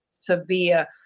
severe